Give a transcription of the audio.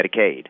Medicaid